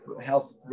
health